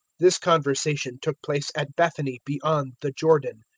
this conversation took place at bethany beyond the jordan,